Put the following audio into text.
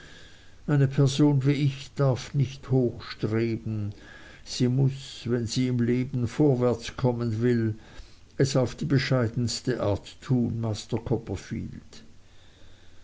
eine person wie ich darf nicht hoch streben sie muß wenn sie im leben vorwärts kommen will es auf die bescheidenste art tun